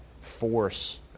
force